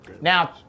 Now